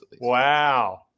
Wow